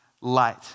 light